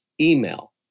email